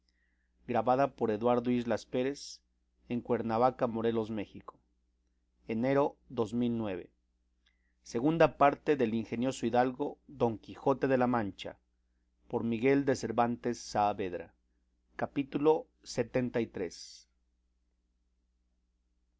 este libro de la segunda parte del ingenioso caballero don quijote de la mancha por miguel de cervantes saavedra